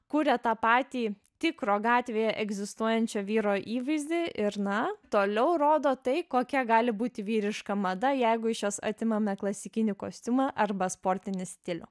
kuria tą patį tikro gatvėje egzistuojančio vyro įvaizdį ir na toliau rodo tai kokia gali būti vyriška mada jeigu iš jos atimame klasikinį kostiumą arba sportinį stilių